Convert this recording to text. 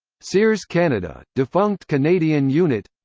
sears canada defunct canadian unit